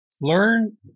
learn